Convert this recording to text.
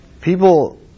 People